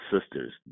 sisters